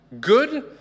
good